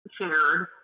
shared